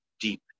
deep